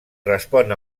respon